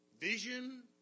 Vision